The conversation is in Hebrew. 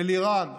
אל איראן,